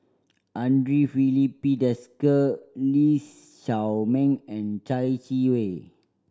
Andre Filipe Desker Lee Shao Meng and Chai Yee Wei